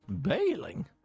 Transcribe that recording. Bailing